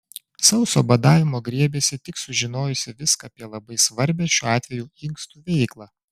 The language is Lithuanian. sauso badavimo griebėsi tik sužinojusi viską apie labai svarbią šiuo atveju inkstų veiklą